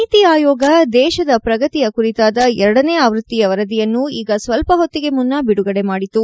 ನೀತಿ ಆಯೋಗ ದೇಶದ ಪ್ರಗತಿಯ ಕುರಿತಾದ ಎರಡನೇ ಆವೃತ್ತಿಯ ವರದಿಯನ್ನು ಈಗ ಸ್ವಲ್ಪ ಹೊತ್ತಿಗೆ ಮುನ್ನ ಬಿಡುಗಡೆ ಮಾಡಿತು